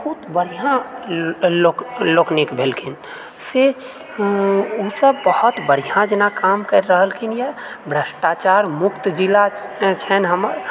बहुत बढ़िआँ लो लोक लोकनिक भेलखिन से ओसभ बहुत बढ़िआँ जेना काम करऽ रहलखिन यऽ भ्रष्टाचार मुक्त जिला छनि हमर